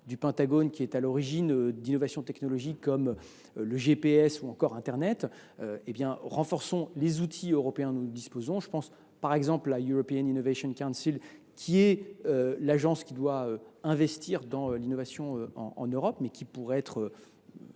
du Pentagone qui est à l’origine d’innovations technologiques comme le GPS ou encore internet – à l’européenne. Renforçons les outils européens dont nous disposons. Je pense par exemple à European Innovation Council, cette agence qui doit investir dans l’innovation en Europe, mais qui pourrait être